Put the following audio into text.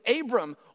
Abram